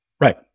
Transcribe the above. Right